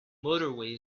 motorway